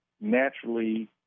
naturally